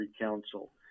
Council